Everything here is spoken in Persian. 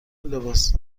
لباس